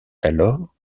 alors